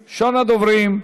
הדוברים.